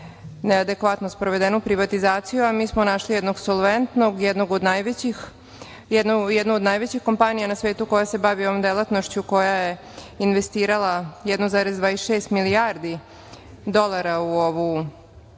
neadekvatno sprovedenu privatizaciju, a mi smo našli jednog solventnog, jednu od najvećih kompanija na svetu koja se bavi ovom delatnošću koja je investirala 1,26 milijardi dolara u ovu